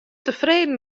tefreden